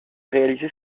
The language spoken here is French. réalisé